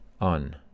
on